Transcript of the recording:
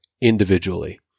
individually